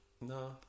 No